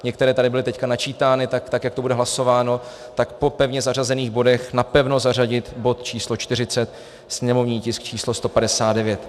Některé tady byly teď načítány, tak tak jak to bude hlasováno, po pevně zařazených bodech napevno zařadit bod číslo 40, sněmovní tisk číslo 159.